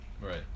Right